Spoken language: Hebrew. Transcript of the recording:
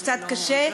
קצת קשה,